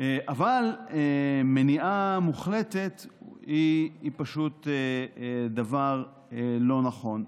אבל מניעה מוחלטת היא פשוט דבר לא נכון.